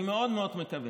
אני מאוד מאוד מקווה,